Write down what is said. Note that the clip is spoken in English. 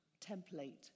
template